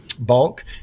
bulk